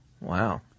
Wow